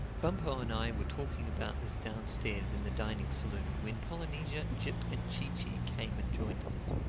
bumpo and i were talking about this downstairs in the dining-saloon when polynesia, jip and chee-chee came and joined us.